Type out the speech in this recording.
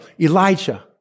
Elijah